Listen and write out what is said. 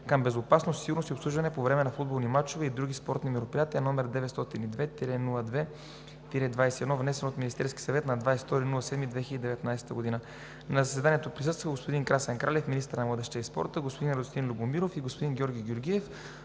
към безопасност, сигурност и обслужване по време на футболни мачове и други спортни мероприятия, № 902-02-21, внесен от Министерския съвет на 22 юли 2019 г. На заседанието присъстваха господин Красен Кралев – министър на младежта и спорта, господин Радостин Любомиров и господин Георги Георгиев